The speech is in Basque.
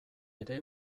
ere